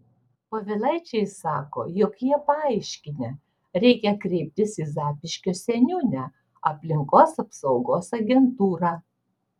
povilaičiai sako jog jie paaiškinę reikia kreiptis į zapyškio seniūnę aplinkos apsaugos agentūrą